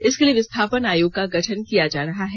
इसके लिए विस्थापन आयोग का गठन किया जा रहा है